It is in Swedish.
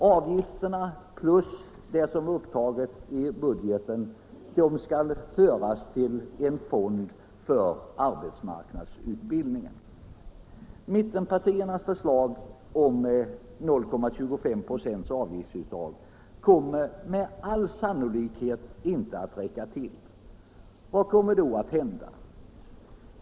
Avgifterna plus det som är upptaget i budgeten skall föras till en fond för arbetsmarknadsutbildningen, och en avgiftshöjning på 0,25 96, som mittenpartierna föreslår, kommer med all säkerhet inte att räcka till. Och vad kommer då att hända?